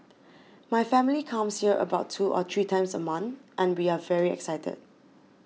my family comes here about two or three times a month and we are very excited